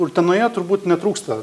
utenoje turbūt netrūksta